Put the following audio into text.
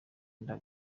inda